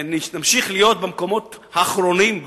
ונמשיך להיות במקומות האחרונים,